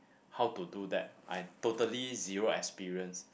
how to do that I totally zero experience